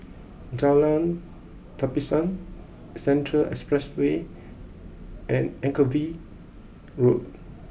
Jalan Tapisan Central Expressway and Anchorvale Road